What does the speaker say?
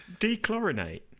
Dechlorinate